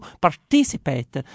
participate